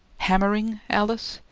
hammering, alice?